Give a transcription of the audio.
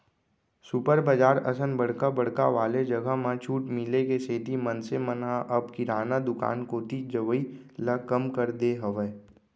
super बजार असन बड़का बड़का वाले जघा म छूट मिले के सेती मनसे मन ह अब किराना दुकान कोती जवई ल कम कर दे हावय